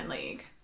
league